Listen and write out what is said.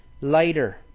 lighter